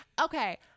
Okay